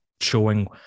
showing